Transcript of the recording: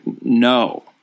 No